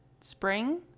spring